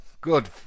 good